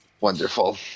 Wonderful